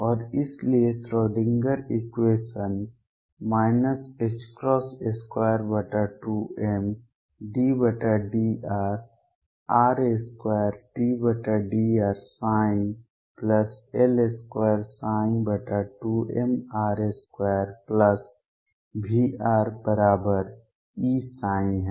और इसलिए Schrodinger equation 22m∂r r2∂rψL22mr2VrEψ है